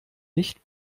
nicht